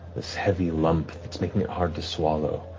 this heavy lump that's making it hard to swallow,